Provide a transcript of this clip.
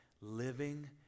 living